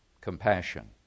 Compassion